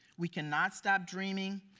we can not stop dreaming,